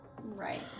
Right